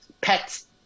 pets